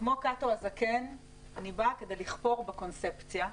וכמו קאטו הזקן אני באה כדי לכפור בקונספציה,